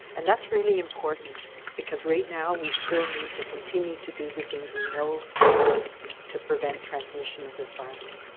and that's really important because right now we still need to continue to do the things we know that work to prevent trans transmission of this virus.